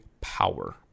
power